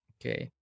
Okay